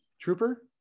Trooper